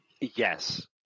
Yes